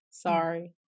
sorry